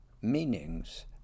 meanings